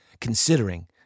considering